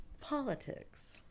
politics